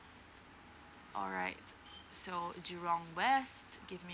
alright so jurong west give me